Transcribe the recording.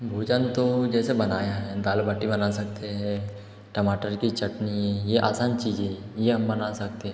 भोजन तो जैसे बनाया है दाल बाटी बना सकते हैं टमाटर की चटनी ये आसान चीज़ें हे ये हम बना सकते हैं